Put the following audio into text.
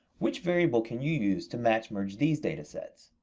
which variable can you use to match-merge these data sets?